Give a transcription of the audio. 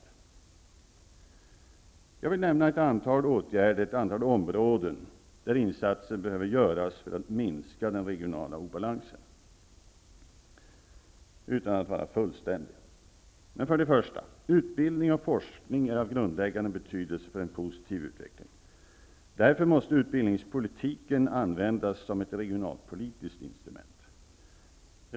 Jag vill utan att vara fullständig nämna ett antal åtgärder, ett antal områden, där insatser behöver göras för att minska den regionala obalansen. För det första: Utbildning och forskning är av grundläggande betydelse för en positiv utveckling. Därför måste utbildningspolitiken användas som ett regionalpolitiskt instrument.